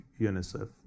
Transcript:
UNICEF